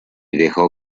dejó